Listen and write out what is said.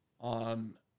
on